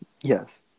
Yes